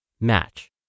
match